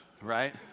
right